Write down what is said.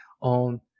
on